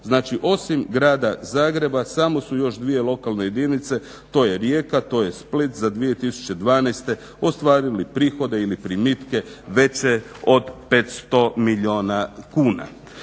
Znači osim grada Zagreba samo su još dvije lokalne jedinice, to je Rijeka, to je Split za 2012.ostvarili prihode ili primitke veće od 500 milijuna kuna.